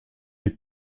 est